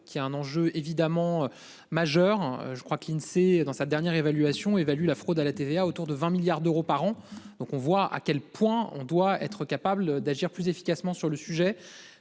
qui est un enjeu évidemment majeur. Je crois que l'Insee dans sa dernière évaluation évalue la fraude à la TVA autour de 20 milliards d'euros par an, donc on voit à quel point on doit être capable d'agir plus efficacement sur le sujet.